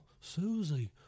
Susie